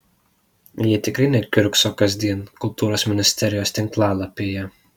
jie tikrai nekiurkso kasdien kultūros ministerijos tinklalapyje